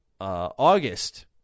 August